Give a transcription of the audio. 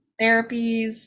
therapies